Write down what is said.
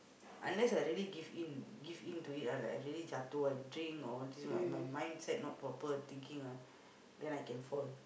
unless I really give in give in to it ah like I really jatuh I drink or all these my my mindset not proper thinking then I can fall